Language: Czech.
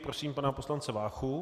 Prosím pana poslance Váchu.